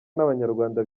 n’abanyarwanda